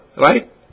right